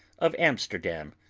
of amsterdam,